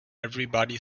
everybody